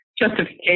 justification